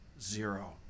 zero